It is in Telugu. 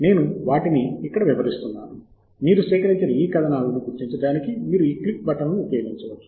నేను వాటిని ఇక్కడ వివరిస్తున్నాను మీరు సేకరించిన ఆ కథనాలను గుర్తించడానికి మీరు ఈ క్లిక్ బటన్లను ఉపయోగించవచ్చు